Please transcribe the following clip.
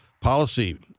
policy